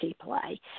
play